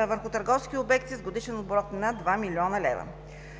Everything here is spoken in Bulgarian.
е върху търговски обекти с годишен оборот над 2 млн. лв.